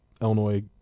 Illinois